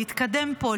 להתקדם פה,